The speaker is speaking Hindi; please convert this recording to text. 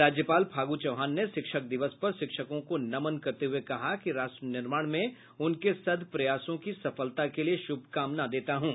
राज्यपाल फागु चौहान ने शिक्षक दिवस पर शिक्षकों को नमन करते हुए कहा कि राष्ट्र निर्माण में उनके सद्प्रयासों की सफलता के लिए शुभकामना देता हूँ